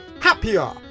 happier